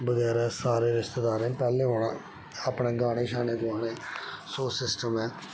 बगैरा सारे रिश्तेदारें पैह्ले औना अपने गाने शाने गोआने सौ सिस्टम ऐ